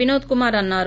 వినోద్ కుమార్ అన్నారు